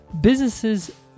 Businesses